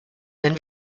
wenn